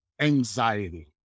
anxiety